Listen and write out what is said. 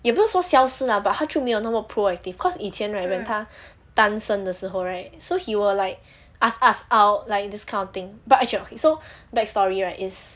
也不是说消失 lah but 他就没有那么 proactive cause 以前 right when 他单身的时候 right so he will like ask us out like this kind of thing but actually okay so back story right is